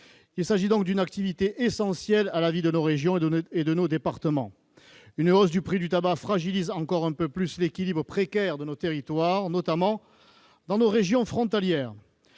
Il s'agit donc d'une activité essentielle à la vie de nos régions et de nos départements. Une hausse du prix du tabac fragilise encore un peu plus l'équilibre précaire de nos territoires, notamment dans nos régions frontalières.